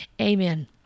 Amen